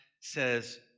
says